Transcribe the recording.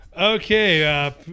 Okay